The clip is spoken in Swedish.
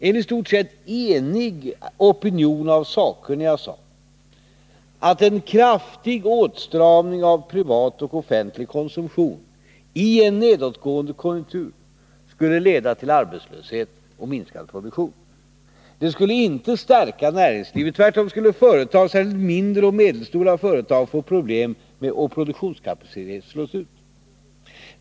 En i stort sett enig opinion av sakkunniga sade att en kraftig åtstramning av privat och offentlig konsumtion i en nedåtgående konjunktur skulle leda till arbetslöshet och minskad produktion. Det skulle inte stärka näringslivet — tvärtom skulle företag, särskilt mindre och medelstora företag, få problem och produktionskapacitet slås ut.